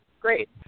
great